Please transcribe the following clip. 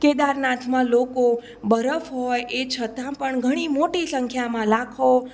કેદારનાથમાં લોકો બરફ હોય એ છતાં પણ ઘણી મોટી સંખ્યામાં લાખો